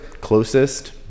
closest